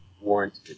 Warranted